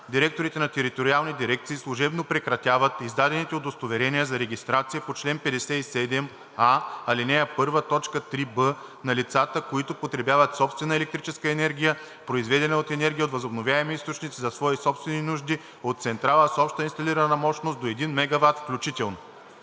директорите на териториални дирекции служебно прекратяват издадените удостоверения за регистрация по чл. 57а, ал. 1, т. 3б на лицата, които потребяват собствена електрическа енергия, произведена от енергия от възобновяеми източници за свои собствени нужди от централа с обща инсталирана мощност до 1 MW включително.“